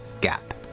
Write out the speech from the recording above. Gap